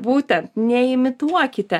būtent neimituokite